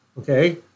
Okay